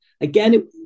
again